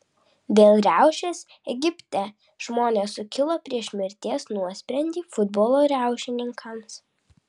vėl riaušės egipte žmonės sukilo prieš mirties nuosprendį futbolo riaušininkams